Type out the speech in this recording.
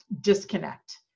disconnect